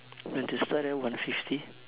you want to start at one fifty